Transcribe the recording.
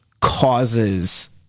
causes